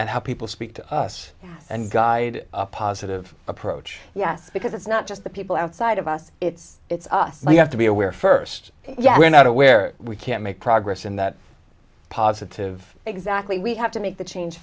and how people speak to us and guide a positive approach yes because it's not just the people outside of us it's it's us you have to be aware first yeah we're not aware we can't make progress in that positive exactly we have to make the change